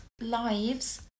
lives